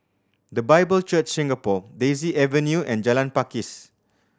The Bible Church Singapore Daisy Avenue and Jalan Pakis